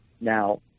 now –